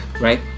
right